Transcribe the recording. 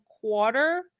quarter